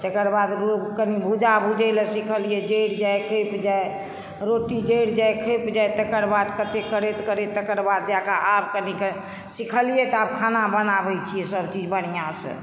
तेकर बाद कनी भूज्जा भूजै लए सीखलियै जरि जाइ घटि जाइ रोटी जरि जाइ घटि जाइ तेकर बाद कते करैत करैत तेकर बाद जाके आब कनिके सीखलियै तऽ आब खाना बनाबै छियै सब चीज बढ़िऑं सॅं